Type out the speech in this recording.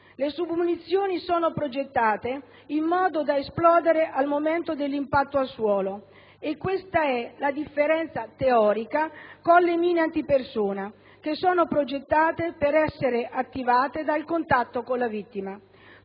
Le submunizioni sono progettate in modo da esplodere al momento dell'impatto al suolo e questa è la differenza teorica con le mine antipersona, che sono progettate per essere attivate dal contatto con la vittima.